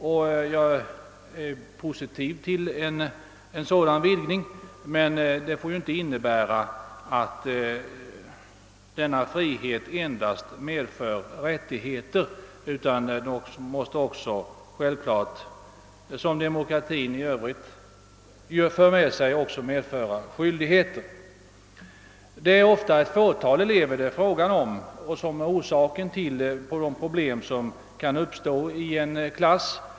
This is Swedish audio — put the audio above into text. Jag ställer mig positiv till en sådan vidgning, men denna ökade frihet får inte endast medföra rättigheter utan måste självfallet också — liksom inom demokratin i övrigt — medföra skyldigheter. Det är ofta ett fåtal elever som orsakar att problem uppstår i en klass.